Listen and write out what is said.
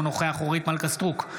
אינו נוכח אורית מלכה סטרוק,